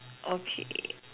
okay